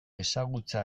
ezagutza